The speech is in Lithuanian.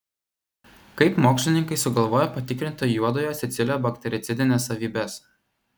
kaip mokslininkai sugalvojo patikrinti juodojo silicio baktericidines savybes